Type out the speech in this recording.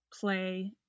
play